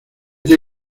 que